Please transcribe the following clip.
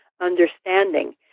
understanding